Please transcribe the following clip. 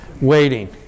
waiting